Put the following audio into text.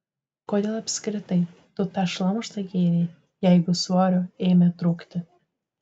kodėl apskritai tu tą šlamštą gėrei jeigu svorio ėmė trūkti